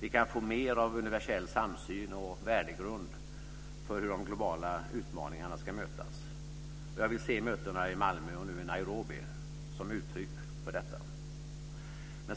Vi kan få mer av universell samsyn och värdegrund för hur de globala utmaningarna ska mötas. Jag vill se mötena i Malmö och Nairobi som uttryck för detta.